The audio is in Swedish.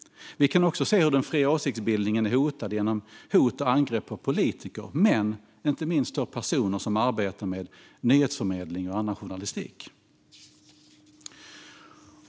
Vi kan också se hur den fria åsiktsbildningen är hotad genom hot och angrepp mot politiker och inte minst mot personer som arbetar med nyhetsförmedling och annan journalistik.